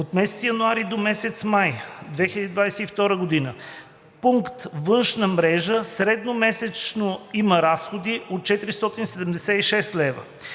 От месец януари до месец май 2022 г. пункт външна мрежа средномесечно има разходи от 476 лв.